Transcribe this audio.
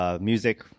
music